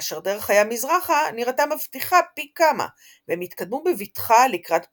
כאשר דרך הים מזרחה נראתה מבטיחה פי כמה והם התקדמו בבטחה לקראת פתיחתה.